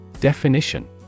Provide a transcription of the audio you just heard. Definition